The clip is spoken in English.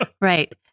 Right